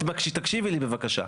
תקשיבי לי בבקשה: